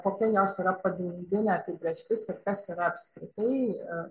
kokia jos yra pagrindinė apibrėžtis ir kas yra apskritai